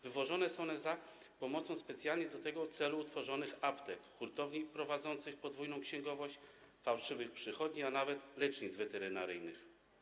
Wywożone są one przy pomocy specjalnie do tego celu utworzonych aptek, hurtowni prowadzących podwójną księgowość, fałszywych przychodni, a nawet lecznic weterynaryjnych.